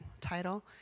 title